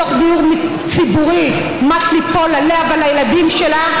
בתוך דיור ציבורי, שמט לנפול עליה ועל הילדים שלה,